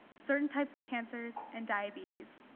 certain types of cancers, and diabetes.